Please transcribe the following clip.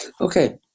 Okay